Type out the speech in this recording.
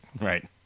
Right